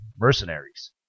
mercenaries